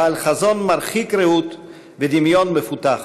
בעל חזון מרחיק ראות ודמיון מפותח.